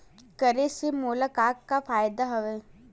करे से मोला का का फ़ायदा हवय?